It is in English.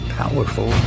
powerful